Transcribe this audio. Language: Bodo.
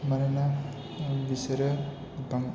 मानोना बिसोरो बां